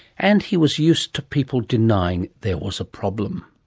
and he was used to people denying there was a problem.